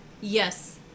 Yes